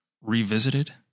Revisited